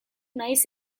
naiz